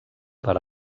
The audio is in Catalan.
per